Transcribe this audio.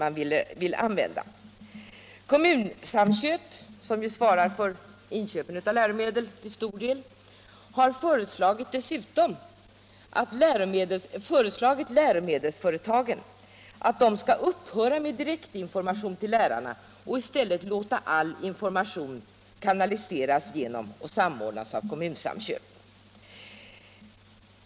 Kommunsamköp, som till stor del svarar för inköpen av läromedel, har dessutom föreslagit läromedelsföretagen att dessa skall upphöra med direktinformation till lärarna och i stället låta all information kanaliseras genom och samordnas av Kommunsamköp.